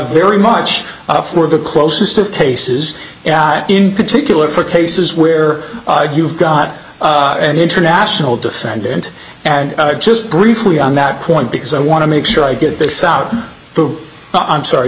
very much for the closest of cases in particular for cases where you've got an international defendant and just briefly on that point because i want to make sure i get this out i'm sorry